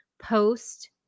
post